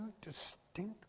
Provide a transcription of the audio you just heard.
distinct